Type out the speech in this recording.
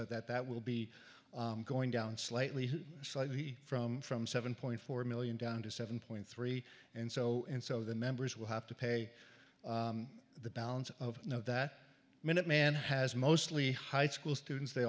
is that that will be going down slightly slightly from from seven point four million down to seven point three and so and so the members will have to pay the balance of know that minuteman has mostly high school students they